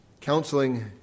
counseling